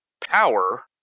power